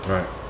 Right